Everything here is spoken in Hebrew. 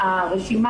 בסוף יש